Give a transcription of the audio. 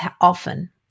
often